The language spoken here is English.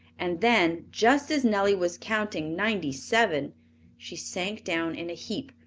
and then, just as nellie was counting ninety-seven, she sank down in a heap,